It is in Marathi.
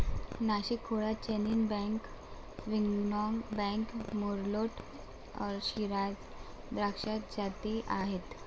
नाशिक खोऱ्यात chenin blanc, sauvignon blanc, merlot, shiraz द्राक्षाच्या जाती आहेत